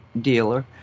dealer